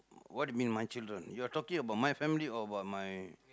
what do you mean my children you're talking about my family or about my